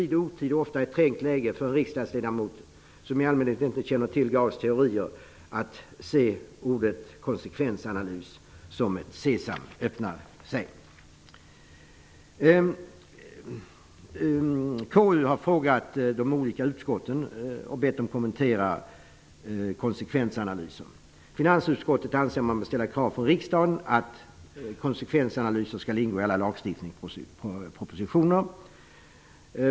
Det är lätt för en riksdagsledamot, som i allmänhet inte känner till Gauss teorier, att i tid och otid, och ofta i ett trängt läge, se ordet konsekvensanalys som ett Sesam, öppna dig. KU har frågat de olika utskotten vad de anser och bett dem kommentera användandet av konsekvensanalyser. Finansutskottet anser att riksdagen bör ställa krav på att konsekvensanalyser skall ingå i alla lagstiftningspropositioner.